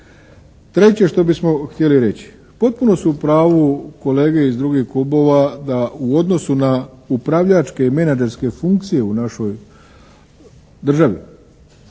Treće što bismo htjeli reći. Potpuno su u pravu kolege iz drugih klubova da u odnosu na upravljačke i menadžerske funkcije u našoj državi